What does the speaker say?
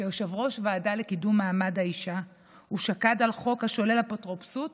כיושב-ראש הוועדה לקידום מעמד האישה הוא שקד על חוק ששולל אפוטרופסות